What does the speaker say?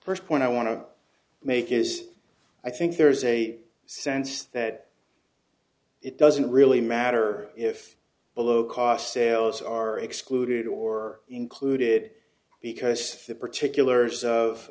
first point i want to make is i think there is a sense that it doesn't really matter if below cost sales are excluded or included because the particulars of